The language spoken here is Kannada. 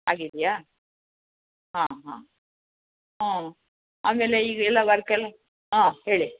ಆಗಿದೆಯಾ ಹಾಂ ಹಾಂ ಹಾಂ ಆಮೇಲೆ ಈಗ ಎಲ್ಲ ವರ್ಕ್ ಎಲ್ಲ ಹಾಂ ಹೇಳಿ